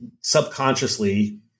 subconsciously